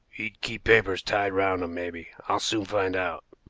he'd keep papers tied round him, maybe. i'll soon find out.